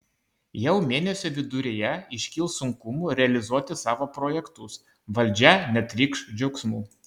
jau mėnesio viduryje iškils sunkumų realizuoti savo projektus valdžia netrykš džiaugsmu